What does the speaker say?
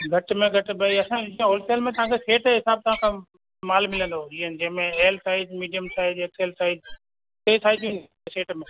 घटि में घटि भई असांजी छाहे होलसेल में तव्हांखे सेट जे हिसाबु सां कमु मालु मिलंदो जीअं जंहिं में L size medium size XL size टे साइज़ूं हिक शेड में